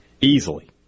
Easily